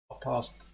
past